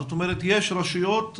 זאת אומרת יש רשויות ערביות,